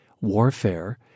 warfare